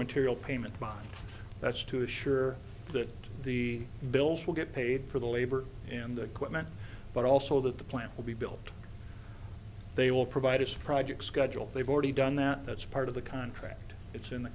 material payment that's to assure that the bills will get paid for the labor and the equipment but also that the plant will be built they will provide its project schedule they've already done that that's part of the contract it's in the